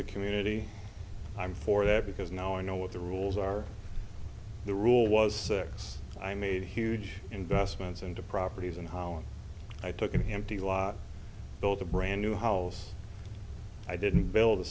the community i'm for that because now i know what the rules are the rule was six i made huge investments into properties in holland i took an empty lot built a brand new house i didn't build a